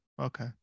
Okay